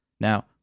Now